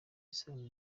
isano